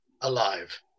alive